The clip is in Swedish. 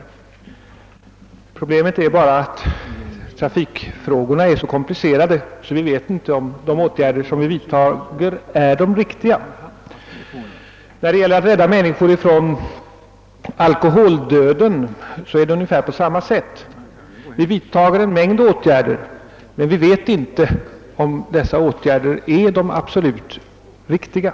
Problemet är bara att trafikfrågorna är så komplicerade att vi inte vet om de åtgärder som vi vidtar är de riktiga. När det gäller att rädda människor från alkoholdöden är det ungefär på samma sätt. Vi vidtar en mängd åtgärder, men vi vet inte om dessa åtgärder är de absolut riktiga.